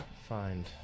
find